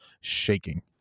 shaking